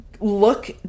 look